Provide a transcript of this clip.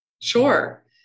Sure